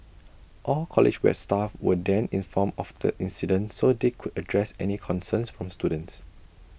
all college west staff were then informed of the incident so they could address any concerns from students